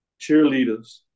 cheerleaders